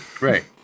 right